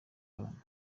abantu